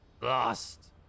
Lost